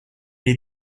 est